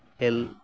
খেল